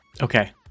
Okay